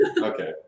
Okay